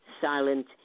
silent